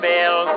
Bill